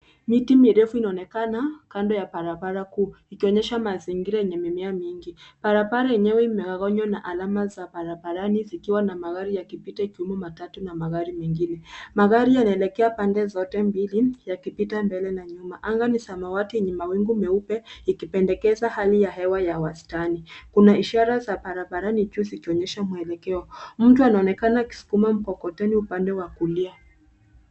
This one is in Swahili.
Miti mirefu inaonekana kando ya barabara kuu ikionyesha mazingira yenye mimea mingi. Barabara enyewe imegawanywa na alama za barabarani zikiwa na magari yakipita yakiwemo matatu na magari mengine. Magari yanaelekea pande zote mbili yakipita mbele na nyuma. Anga ni samawati yenye mawingu meupe ikipendekeza hali ya hewa ya wastani. Kuna ishara za barabara juu zikionyesha muelekeo. Mtu anonekana akiskuma mkokoteni upande wa kulia.